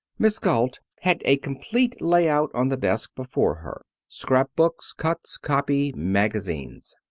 miss galt had a complete layout on the desk before her scrap books, cuts, copy, magazines.